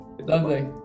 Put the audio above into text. Lovely